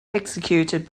executed